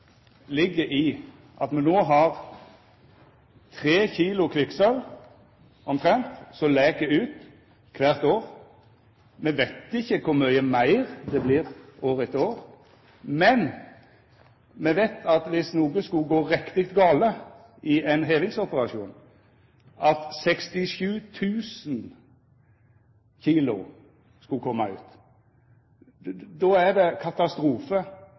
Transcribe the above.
ligg i at det no er omtrent 3 kg kvikksølv som lek ut kvart år. Me veit ikkje kor mykje meir det vert år etter år, men me veit at dersom noko skulle gå riktig gale i ein hevingsoperasjon og 67 000 kg skulle koma ut, då er det katastrofe